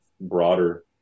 broader